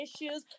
issues